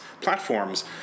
platforms